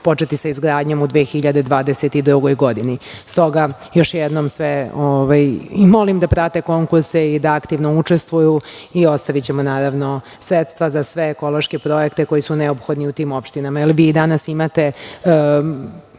početi sa izgradnjom u 2022. godini. Stoga, još jednom sve molim da prate konkurse i da aktivno učestvuju i ostavićemo sredstva za sve ekološke projekte koji su neophodni u tim opštinama.